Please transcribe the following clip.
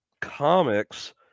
comics